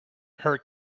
her